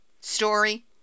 story